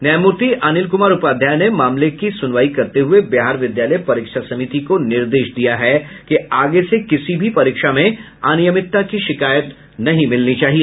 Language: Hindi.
न्यायमूर्ति अनिल कुमार उपाध्याय ने मामले की सुनवाई करते हुये बिहार विद्यालय परीक्षा समिति को निर्देश दिया है कि आगे से किसी भी परीक्षा में अनियमितता की शिकायत नहीं मिलनी चाहिए